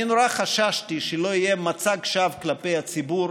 אני נורא חששתי שמא יהיה מצג שווא כלפי הציבור